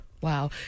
Wow